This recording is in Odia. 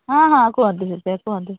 ହଁ ହଁ କୁହନ୍ତୁ ବିଦ୍ୟା କୁହନ୍ତୁ